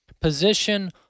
position